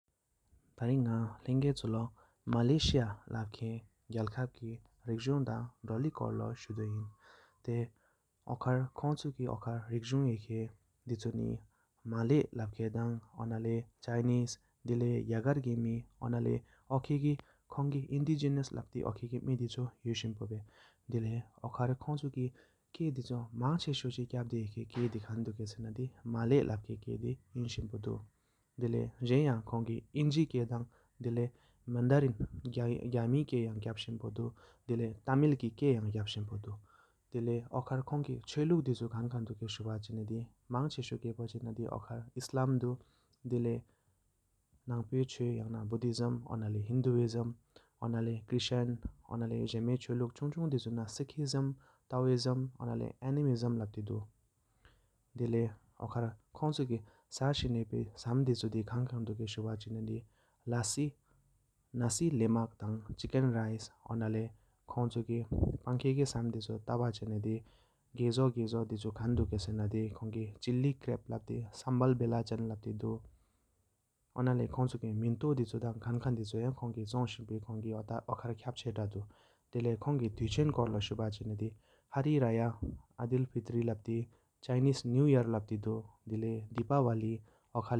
དྷ་རིང་ང་ལེངས་གཡས་བཅུ་ལོ་མ་ལེས་ཡ་གརུ་ཁབ་ཁུར་གྱི་རིག་གཟུང་ཐང་དོལེ་སྐུད་ལོ་ཤུ་དོ དིན། ཏརི་འདུས་ཁྲོམ་ཁོང་གི་བརྩེ་་རིག་གཟུང་དིན་ནནེ་མ་ལེ་ལེགས་ཀོན་དང་ཨོ་ནི་ཟྱས་ཀྱང་གྲོངས་གྲོངས་ཀྱི་མི་སྟངས་གྲོངས་ཡག་ནག་མི་དི་ཡེ་སིན། དི་ལེཡ་འབུལེ་མང་ཚེ་ཞིག་ནི་བཀང་ཁྱབམ་ལེྷ་ལེན་དག་བག་བསིན་དུཁ་། དི་ལེ་གཞན་ཡང་ཁྲོན་གི་ཨུབ་བཏྲི་ཀྱེ་འོི་ཀ་མད་ཨད་ལག་འུཡག་པའི་ལེ་ཏིན་མང་བག་བསིན་པའི་ནི་བག་བསིན། དི་ཁོང་གི་མེས་ཀྱེ་གྲོག་མེར་ནི་མགོསྟངས་ཞིག་ནི་སིག་ཤེས་ཚན་རིན་སི་ག་དྲོན་སྐྱེས་གྲོངས་དྷྲར་མིང་ཏོག་པའི་ཙོད་ཀྲུད་ན་མེ་འགས་ཡང་ལུ་བརྒྱླ་པོའི་གླ་སྐུ་། དི་ས་བག་འོས་གསྟན་གཞན་ཀྱེ་སྐྱེལ་སྐིེ་ཇུ་སྟོག་སྐིེ་ཀྲི་ཀྱེ་ཇིང་ཚེ་སྐྱེོའི་མགྲོུག་པའི་སུག་སོག་བདཀས་སྒྲོག་དུག་།